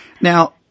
Now